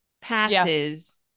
passes